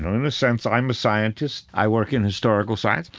in a sense, i'm a scientist. i work in historical science.